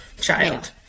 child